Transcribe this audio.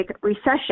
recession